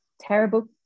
terrible